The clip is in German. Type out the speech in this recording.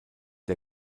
der